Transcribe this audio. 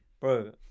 Bro